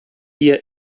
ihr